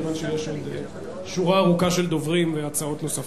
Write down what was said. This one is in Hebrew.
מכיוון שיש שורה ארוכה של דוברים והצעות נוספות,